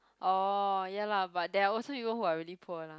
orh ya lah but there are also people who are really poor lah